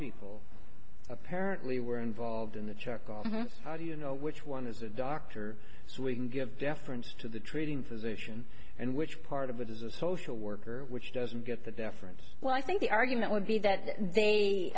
people apparently were involved in the charcoal how do you know which one is a doctor so we can give deference to the treating physician and which part of it is a social worker which doesn't get the deference well i think the argument would be that